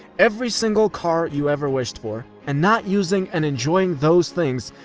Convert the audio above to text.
every single car you ever wished for, and not using and enjoying those things,